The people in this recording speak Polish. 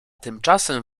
tymczasem